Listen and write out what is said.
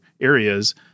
areas